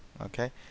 Okay